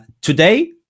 Today